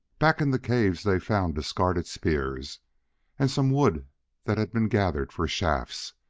back in the caves they found discarded spears and some wood that had been gathered for shafts.